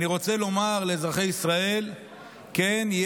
אני רוצה לומר לאזרחי ישראל שכן,